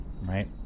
right